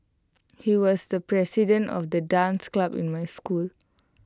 he was the president of the dance club in my school